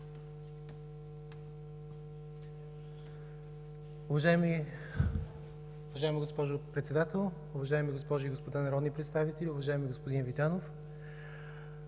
Уважаема госпожо Председател, уважаеми госпожи и господа народни представители! Уважаеми господин Витанов,